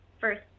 first